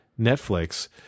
Netflix